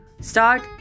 start